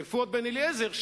פואד בן-אליעזר,